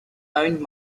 own